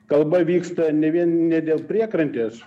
kalba vyksta ne vien ne dėl priekrantės